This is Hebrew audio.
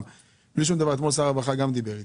אתמול שר הרווחה דיבר איתי,